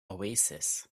oasis